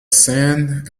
sand